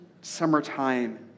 summertime